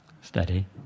Steady